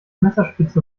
messerspitze